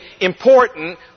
important